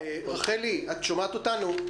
רחלי, את שומעת אותנו,